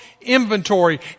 inventory